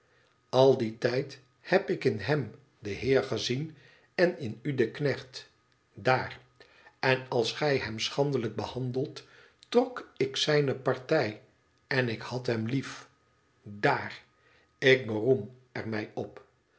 al dien tijd heb ik in hem den heer gezien en in u den knecht daar en als gij hena schandelijk behandeldet trok ik zijne partij en ik had hem lief daar ik beroem er mij op